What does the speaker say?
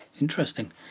interesting